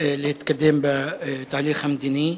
להתקדם בתהליך המדיני.